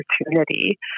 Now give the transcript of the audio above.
opportunity